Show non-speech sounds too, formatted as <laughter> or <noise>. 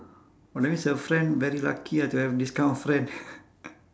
oh that means her friend very lucky ah to have this kind of friend <laughs>